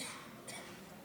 בבקשה.